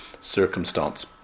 circumstance